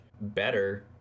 better